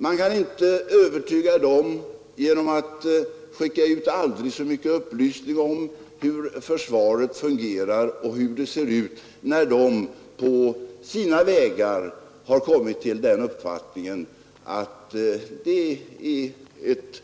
Man kan inte övertyga dem genom att skicka ut aldrig så mycket upplysning om hur försvaret ser ut och fungerar, när de på sina vägar har kommit till den uppfattningen att det är ett